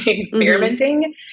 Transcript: experimenting